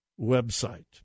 website